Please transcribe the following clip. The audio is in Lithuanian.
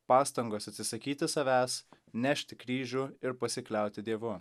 pastangos atsisakyti savęs nešti kryžių ir pasikliauti dievu